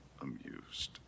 amused